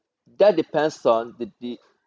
that depends on the the